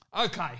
Okay